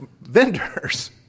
vendors